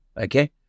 Okay